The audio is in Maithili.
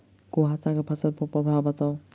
कुहासा केँ फसल पर प्रभाव बताउ?